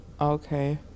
Okay